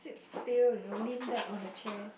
still you know lean back on the chair